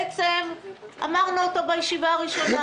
בעצם אמרנו אותם בישיבה הראשונה?